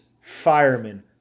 firemen